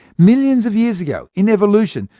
millions of years ago in evolution,